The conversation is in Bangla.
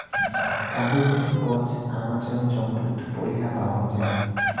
অ্যারোরুট গছ আমাজন জঙ্গলত পৈলা পাওয়াং যাই